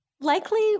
Likely